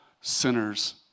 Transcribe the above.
sinners